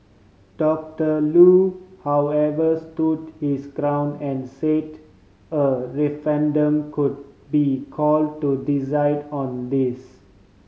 Doctor Loo however stood his ground and said a referendum could be call to decide on this